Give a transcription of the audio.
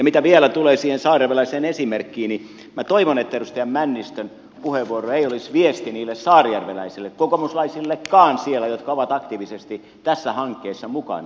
mitä vielä tulee siihen saarijärveläiseen esimerkkiini minä toivon että edustaja männistön puheenvuoro ei olisi viesti niille saarijärveläisille kokoomuslaisillekaan siellä jotka ovat aktiivisesti tässä hankkeessa mukana